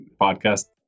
podcast